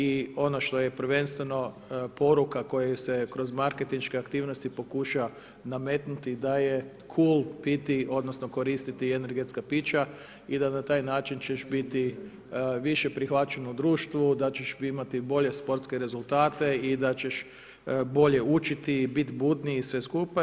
I ono što je prvenstveno poruka koja se kroz marketinške aktivnosti pokuša nametnuti da je cool piti odnosno koristiti energetska pića i da ćeš na taj način biti više prihvaćen u društvu, da ćeš imati bolje sportske rezultate i da ćeš bolje učiti i biti budniji i sve skupa.